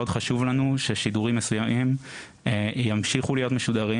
מאוד חשוב לנו ששידורים מסוימים ימשיכו להיות משודרים